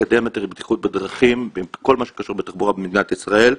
לקדם את הבטיחות בדרכים עם כל מה שקשור בתחבורה במדינת ישראל.